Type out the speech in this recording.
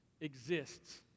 exists